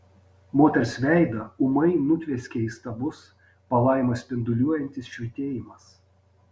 moters veidą ūmai nutvieskė įstabus palaimą spinduliuojantis švytėjimas